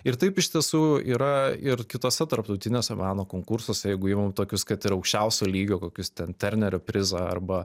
ir taip iš tiesų yra ir kituose tarptautiniuose meno konkursuose jeigu imam tokius kad ir aukščiausio lygio kokius ten ternerio prizą arba